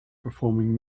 performing